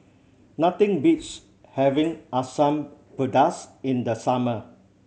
nothing beats having Asam Pedas in the summer